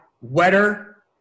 wetter